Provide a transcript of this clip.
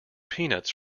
peanuts